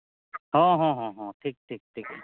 ᱦᱚᱸ ᱦᱚᱸ ᱦᱚᱸ ᱴᱷᱤᱠ ᱴᱷᱤᱠ ᱴᱷᱤᱠ